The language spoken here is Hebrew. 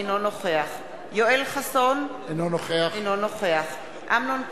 אינו נוכח יואל חסון, אינו נוכח אמנון כהן,